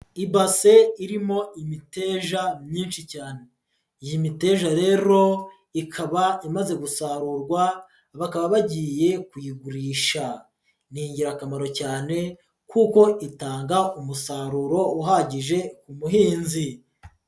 Ibase irimo imiteja myinshi cyane, iyi miteja rero ikaba imaze gusarurwa bakaba bagiye kuyigurisha. Ni ingirakamaro cyane kuko itanga umusaruro uhagije ku buhinzi.